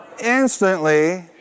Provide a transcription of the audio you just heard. instantly